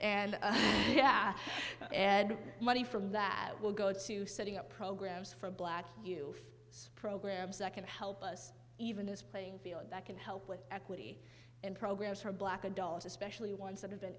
yeah and money from that will go to setting up programs for black you programs that can help us even his playing field that can help with equity and programs for black adults especially ones that have been